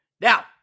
Now